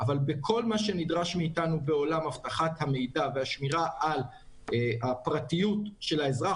אבל בכל מה שנדרש מאתנו בעולם אבטחת המידע והשמירה על הפרטיות של האזרח,